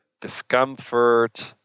discomfort